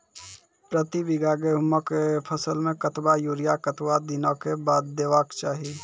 प्रति बीघा गेहूँमक फसल मे कतबा यूरिया कतवा दिनऽक बाद देवाक चाही?